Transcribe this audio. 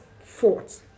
fought